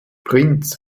prinz